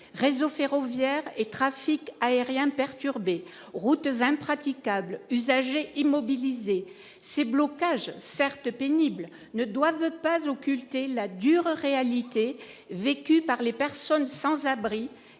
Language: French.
réseaux ferroviaires et trafic aérien perturbé, routes impraticables usager immobilisé ces blocages certes pénibles ne doivent pas occulter la dure réalité vécue par les personnes sans abri,